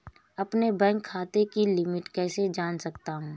अपने बैंक खाते की लिमिट कैसे जान सकता हूं?